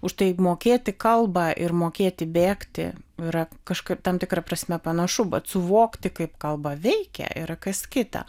už tai mokėti kalbą ir mokėti bėgti yra kažkaip tam tikra prasme panašu bet suvokti kaip kalba veikia yra kas kita